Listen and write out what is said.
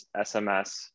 SMS